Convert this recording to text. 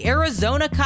Arizona